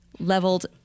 leveled